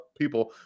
people